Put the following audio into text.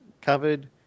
covered